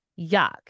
Yuck